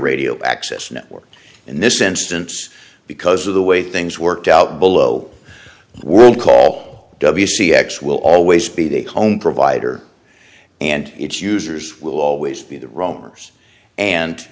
radio access network in this instance because of the way things worked out below world call w c x will always be the home provider and its users will always be the roamers